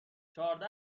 چهارده